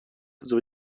sowie